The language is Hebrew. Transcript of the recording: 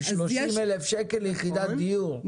עם 30,000 שקל ליחידת דיור,